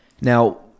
Now